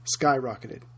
skyrocketed